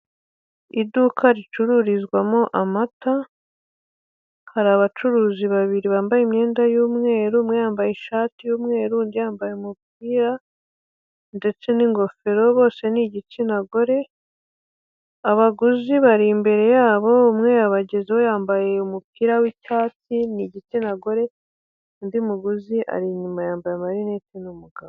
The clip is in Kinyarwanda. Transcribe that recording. Iduka ricururizwamo amata, hari abacuruzi babiri bambaye imyenda y'umweru, umwe yambaye ishati y'umweru, undi yambaye umupira ndetse n'ingofero, bose ni igitsina gore, abaguzi bari imbere yabo, umwe yabagezaho yambaye umupira w'icyatsi ni igitsina gore, undi muguzi ari inyuma yambaye amarineti ni umugabo.